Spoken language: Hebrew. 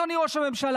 אדוני ראש הממשלה,